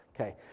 okay